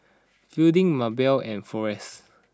Fielding Maebelle and Forrest